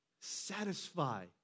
satisfy